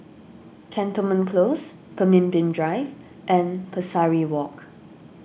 Cantonment Close Pemimpin Drive and Pesari Walk